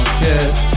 kiss